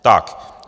Tak.